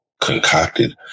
concocted